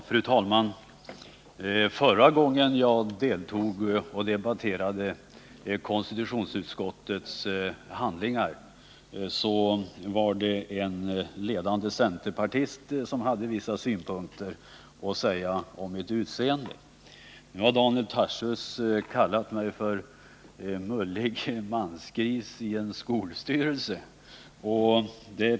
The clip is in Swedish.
Fru talman! Förra gången jag deltog i debatten om ett konstitutionsutskottsbetänkande, hade en ledande centerpartist vissa synpunkter på mitt utseende. Nu har Daniel Tarschys kallat mig för en mullig mansgris i en skolstyrelse.